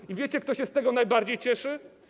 I wiecie, kto się z tego najbardziej cieszy?